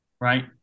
right